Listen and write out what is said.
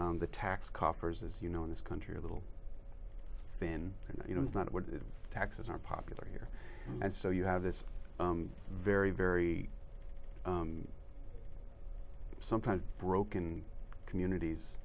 the tax coffers as you know in this country a little thin and you know it's not what taxes are popular here and so you have this very very sometimes broken communities